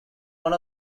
one